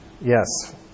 Yes